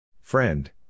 Friend